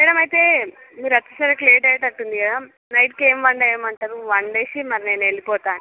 madam అయితే మీరు వచ్చేసరికి లేట్ అయ్యేటట్టు ఉంది కదా నైట్ కి ఎమ్ వండేయమంటారు వండేసి మరి నేను వెళ్ళిపోతా